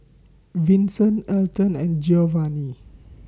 Vinson Alton and Geovanni